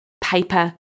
paper